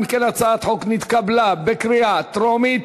אם כן, הצעת החוק נתקבלה בקריאה טרומית,